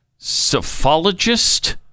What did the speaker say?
Sophologist